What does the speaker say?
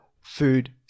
food